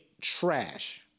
trash